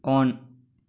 on